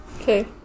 Okay